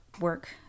work